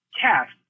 cast